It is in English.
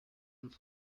and